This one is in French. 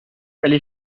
allée